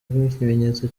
nk’ikimenyetso